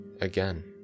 again